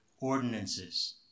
ordinances